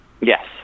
Yes